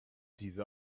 diese